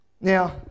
Now